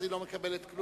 ואז היא לא מקבלת כלום.